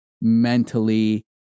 mentally